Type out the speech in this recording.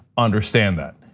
understand that.